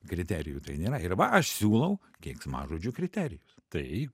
kriterijų tai nėra ir va aš siūlau keiksmažodžių kriterijų tai